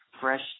fresh